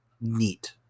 neat